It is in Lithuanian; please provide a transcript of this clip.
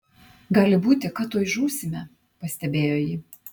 gali būti kad tuoj žūsime pastebėjo ji